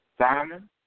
Simon